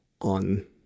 on